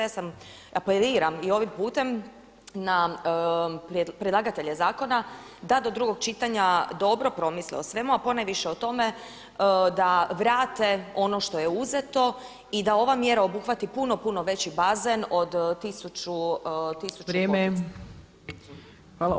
Ja sam, apeliram i ovim putem na predlagatelje zakona da do drugog čitanja dobro promisle o svemu a ponajviše o tome da vrate ono što je uzeto i da ova mjera obuhvati puno, puno veći bazen od tisuću, tisuću